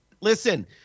Listen